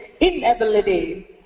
inability